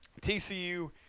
TCU